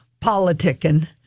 politicking